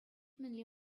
мӗнле